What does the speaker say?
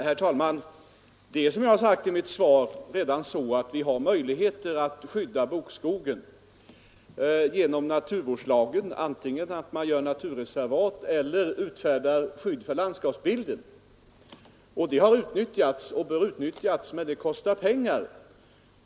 Herr talman! Som jag sagt i mitt svar har vi redan möjligheter att skydda bokskogen genom naturvårdslagen, antingen genom att man inrättar naturreservat eller genom att man meddelar skydd för landskapsbilden. Det har utnyttjats, men det kostar pengar.